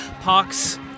Pox